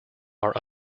are